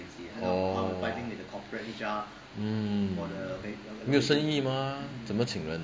orh mm 没有生意 mah 怎么请人